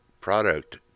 product